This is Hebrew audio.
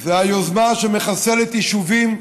זה היוזמה שמחסלת יישובים,